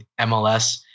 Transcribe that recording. MLS